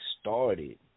started